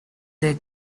their